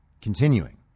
Continuing